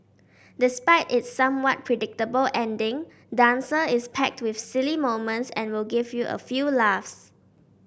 despite its somewhat predictable ending Dancer is packed with silly moments and will give you a few laughs